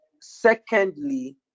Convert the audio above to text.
secondly